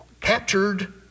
captured